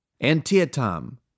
Antietam